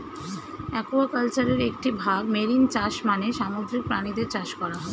অ্যাকুয়াকালচারের একটি ভাগ মেরিন চাষ মানে সামুদ্রিক প্রাণীদের চাষ করা